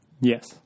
Yes